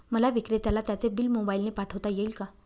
मला विक्रेत्याला त्याचे बिल मोबाईलने पाठवता येईल का?